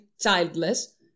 childless